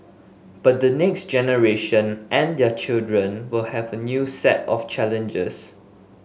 but the next generation and their children will have a new set of challenges